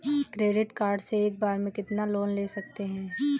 Credit card से एक बार में कितना लोन ले सकते हैं?